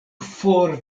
for